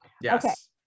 Yes